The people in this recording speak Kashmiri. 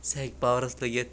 سُہ ہیٚکہِ پاورَس لٔگِتھ